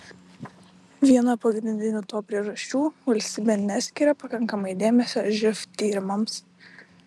viena pagrindinių to priežasčių valstybė neskiria pakankamai dėmesio živ tyrimams